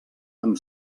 amb